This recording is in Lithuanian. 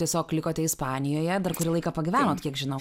tiesiog likote ispanijoje dar kurį laiką pagyventi kiek žinau